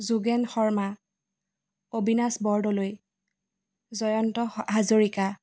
যোগেন শৰ্মা অভিনাশ বৰদলৈ জয়ন্ত হ হাজৰিকা